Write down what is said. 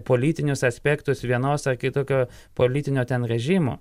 politinius aspektus vienos ar kitokio politinio ten režimo